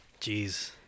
Jeez